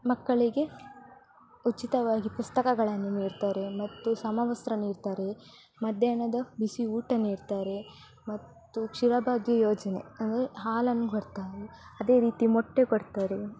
ಮಕ್ಕಳಿಗೆ ಉಚಿತವಾಗಿ ಪುಸ್ತಕಗಳನ್ನು ನೀಡ್ತಾರೆ ಮತ್ತು ಸಮವಸ್ತ್ರ ನೀಡ್ತಾರೆ ಮಧ್ಯಾಹ್ನದ ಬಿಸಿ ಊಟ ನೀಡ್ತಾರೆ ಮತ್ತು ಕ್ಷೀರ ಭಾಗ್ಯ ಯೋಜನೆ ಅಂದರೆ ಹಾಲನ್ನು ಕೊಡ್ತಾರೆ ಅದೇ ರೀತಿ ಮೊಟ್ಟೆ ಕೊಡ್ತಾರೆ